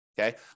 okay